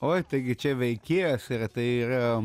oi taigi čia veikėjas yra tai yra